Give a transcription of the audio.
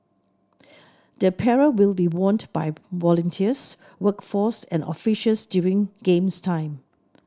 the apparel will be worn by volunteers workforce and officials during Games time